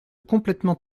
complètement